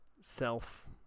self